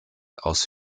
aus